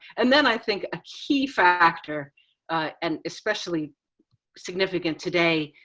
and then i think a key factor and especially significant today,